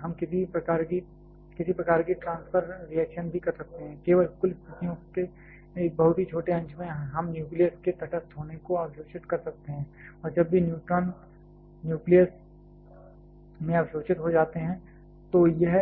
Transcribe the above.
हम किसी प्रकार की ट्रांसफर रिएक्शन भी कर सकते हैं केवल कुल स्थितियों के एक बहुत ही छोटे अंश में हम न्यूक्लियस में तटस्थ होने को अवशोषित कर सकते हैं और जब भी न्यूट्रॉन न्यूक्लियस में अवशोषित हो जाते हैं तो यह